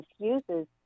excuses